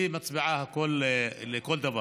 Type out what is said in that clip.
והיא מצביעה, לכל דבר.